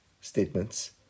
statements